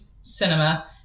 cinema